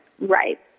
Right